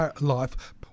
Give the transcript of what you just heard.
life